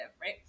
right